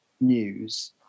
news